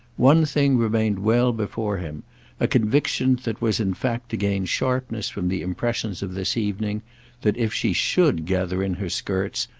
one thing remained well before him a conviction that was in fact to gain sharpness from the impressions of this evening that if she should gather in her skirts,